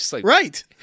Right